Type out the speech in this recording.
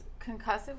concussive